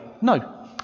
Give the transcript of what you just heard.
No